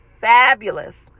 fabulous